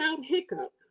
hiccup